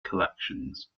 collections